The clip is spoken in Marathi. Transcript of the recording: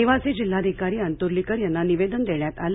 निवासी जिल्हाधिकारी अंतर्लीकर यांना निवेदन देण्यात आलं